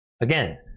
Again